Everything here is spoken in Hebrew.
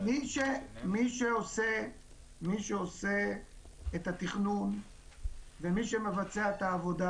מי שעושה את התכנון ומי שמבצע את העבודה